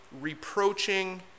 reproaching